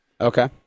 Okay